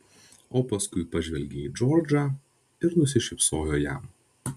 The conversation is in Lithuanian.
o paskui pažvelgė į džordžą ir nusišypsojo jam